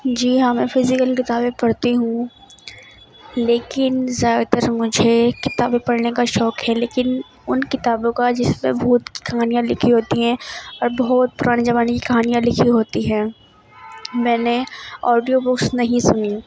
جی ہاں میں فزیکل کتابیں پڑھتی ہوں لیکن زیادہ تر مجھے کتابیں پڑھنے کا شوق ہے لیکن ان کتابوں کا جس میں بھوت کی کہانیاں لکھی ہوتی ہیں اور بہت پرانے زمانے کی کہانیاں لکھی ہوتی ہیں میں نے آڈیو بکس نہیں سنی